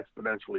exponentially